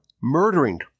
murdering